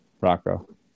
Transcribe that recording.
rocco